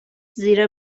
زیر